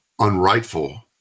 unrightful